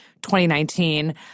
2019